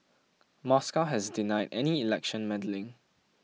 Moscow has denied any election meddling